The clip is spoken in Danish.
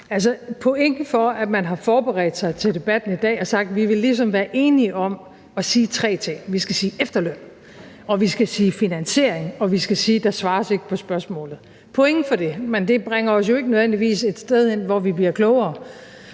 Point for, at man har forberedt sig til debatten i dag og sagt, at man ligesom vil være enige om at sige tre ting: Vi skal sige efterløn, vi skal sige finansiering, og vi skal sige, at der ikke svares på spørgsmålet. Point for det, men det bringer os jo ikke nødvendigvis et sted hen, hvor vi bliver klogere,